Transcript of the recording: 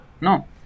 No